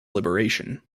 liberation